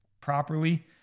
properly